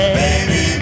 baby